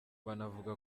banavuga